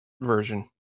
version